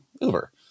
Uber